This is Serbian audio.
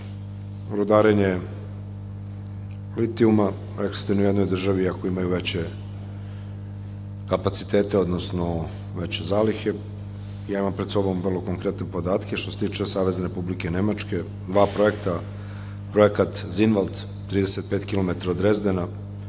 rekli ste ni u jednoj državi ako imaju veće kapacitete, odnosno veće zalihe. Ja imam pred sobom vrlo konkretne podatke. Što se tiče Savezne Republike Nemačke, dva projekta, projekat „Zinvald“, 35 kilometara